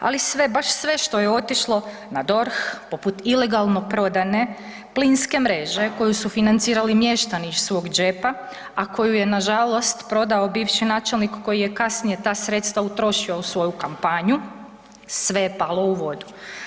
Ali sve, baš sve što je otišlo na DORH poput ilegalno prodane plinske mreže koju su financirali mještani iz svog džepa, a koju je na žalost prodao bivši načelnik koji je kasnije ta sredstva utrošio u svoju kampanju, sve je palo u vodu.